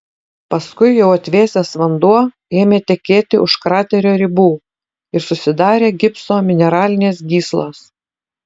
paskui jau atvėsęs vanduo ėmė tekėti už kraterio ribų ir susidarė gipso mineralinės gyslos